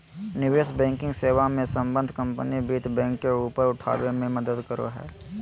निवेश बैंकिंग सेवा मे सम्बद्ध कम्पनी वित्त बैंक के ऊपर उठाबे मे मदद करो हय